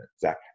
Zach